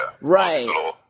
right